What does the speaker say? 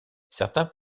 certains